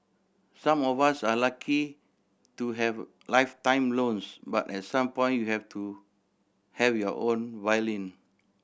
some of us are lucky to have lifetime loans but at some point you have to have your own violin